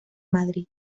madrid